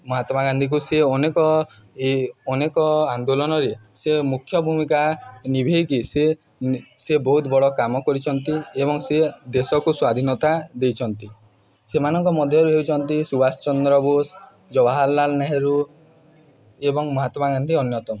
ମହାତ୍ମା ଗାନ୍ଧୀକୁ ସିଏ ଅନେକ ଏ ଅନେକ ଆନ୍ଦୋଳନରେ ସେ ମୁଖ୍ୟ ଭୂମିକା ଲିଭେଇକି ସେ ସେ ବହୁତ ବଡ଼ କାମ କରିଛନ୍ତି ଏବଂ ସିଏ ଦେଶକୁ ସ୍ଵାଧୀନତା ଦେଇଛନ୍ତି ସେମାନଙ୍କ ମଧ୍ୟରେ ହେଉଛନ୍ତି ସୁବାଷ ଚନ୍ଦ୍ର ବୋଷ ଜବାହାରଲାଲ ନେହେରୁ ଏବଂ ମହାତ୍ମା ଗାନ୍ଧୀ ଅନ୍ୟତମ